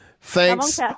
Thanks